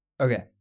Okay